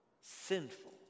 sinful